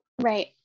Right